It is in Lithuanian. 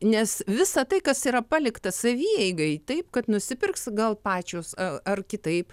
nes visa tai kas yra palikta savieigai taip kad nusipirks gal pačios ar kitaip